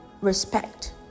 respect